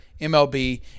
MLB